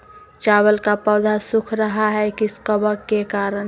चावल का पौधा सुख रहा है किस कबक के करण?